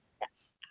Yes